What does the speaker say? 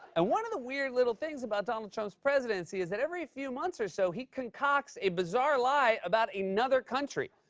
and one of the weird little things about donald trump's presidency is that every few months or so he concocts a bizarre lie about another country,